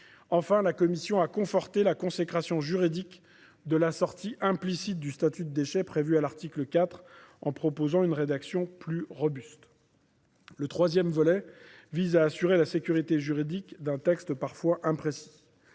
Enfin, notre commission a conforté la consécration juridique de la sortie implicite du statut de déchet, prévue à l'article 4, en proposant une rédaction plus robuste. Le troisième volet comprend les modifications tendant à renforcer la sécurité juridique d'un texte parfois imprécis.